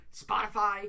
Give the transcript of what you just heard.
Spotify